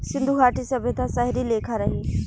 सिन्धु घाटी सभ्यता शहरी लेखा रहे